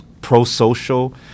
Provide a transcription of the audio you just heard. pro-social